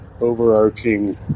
overarching